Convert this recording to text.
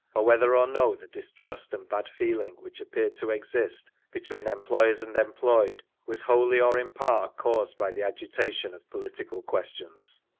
or whether or no the distrust and bad feeling which appeared to exist between employers and employed, was wholly or in part caused by the agitation of political questions.